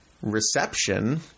reception